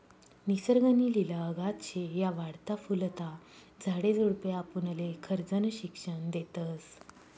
निसर्ग नी लिला अगाध शे, या वाढता फुलता झाडे झुडपे आपुनले खरजनं शिक्षन देतस